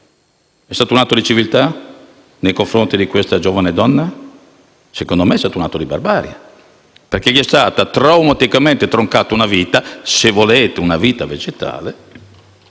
questo un atto di civiltà nei confronti di quella giovane donna? Secondo me è stato un atto di barbarie, perché è stata traumaticamente troncata una vita - se volete, una vita vegetale